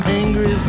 angry